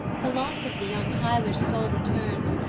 the loss of thee on tyler's soul returns,